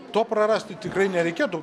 to prarasti tikrai nereikėtų